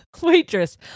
Waitress